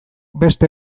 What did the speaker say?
beste